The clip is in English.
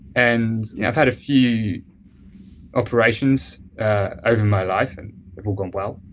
and yeah i've had a few operations over my life. and they've all gone well,